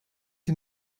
die